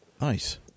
Nice